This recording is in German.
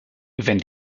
wenn